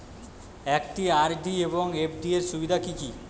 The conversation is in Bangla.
একটি আর.ডি এবং এফ.ডি এর সুবিধা কি কি?